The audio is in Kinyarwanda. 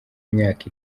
myaka